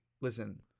listen